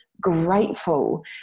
grateful